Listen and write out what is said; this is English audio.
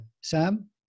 Sam